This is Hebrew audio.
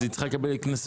אז היא צריכה לקבל קנסות?